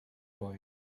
boy